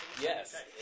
Yes